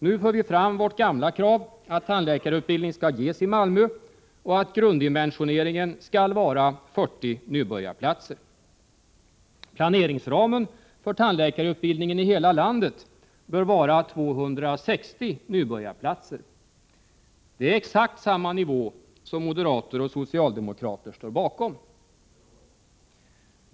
Nu för vi fram vårt gamla krav att tandläkarutbildning skall ges i Malmö och att grunddimensioneringen skall vara 40 nybörjarplatser. Planeringsramen för tandläkarutbildningen i hela landet bör vara 260 nybörjarplatser. Det är exakt samma nivå som moderater och socialdemokrater står bakom.